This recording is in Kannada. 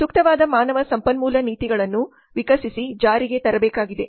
ಸೂಕ್ತವಾದ ಮಾನವ ಸಂಪನ್ಮೂಲ ನೀತಿಗಳನ್ನು ವಿಕಸಿಸಿ ಜಾರಿಗೆ ತರಬೇಕಾಗಿದೆ